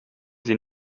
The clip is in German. sie